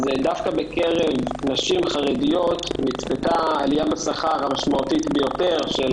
דווקא בקרב נשים חרדיות נצפתה העלייה המשמעותית ביותר בשכר,